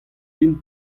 din